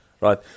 Right